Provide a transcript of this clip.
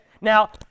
now